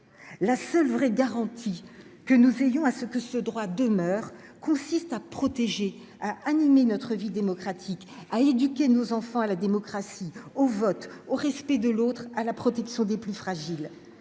la seule vraie garantie que nous veillons à ce que ce droit demeure consiste à protéger à animer notre vie démocratique à éduquer nos enfants à la démocratie au vote au respect de l'autre à la protéine sont des plus fragiles,